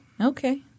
Okay